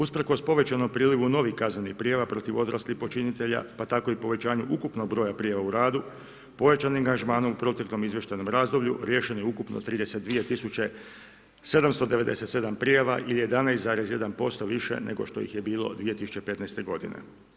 Usprkos povećanom priljevu novih kaznenih prijava protiv odraslih počinitelja, pa tako i povećanju ukupnog broja prijava u radu, povećanim angažmanom u proteklom izvještajnom razdoblju, riješeno je ukupno 32 797 prijava ili 11,1% više nego što ih je bilo 2015. godine.